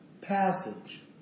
passage